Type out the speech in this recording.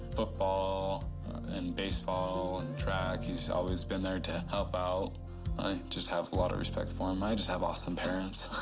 football and baseball and track. he's always been there to help out. i just have a lot of respect for him. i just have awesome parents.